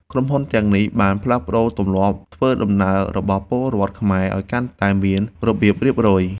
ក្រុមហ៊ុនទាំងនេះបានផ្លាស់ប្តូរទម្លាប់ធ្វើដំណើររបស់ពលរដ្ឋខ្មែរ ឱ្យកាន់តែមានរបៀបរៀបរយ។